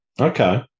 Okay